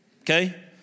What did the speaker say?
okay